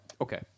Okay